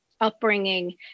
Upbringing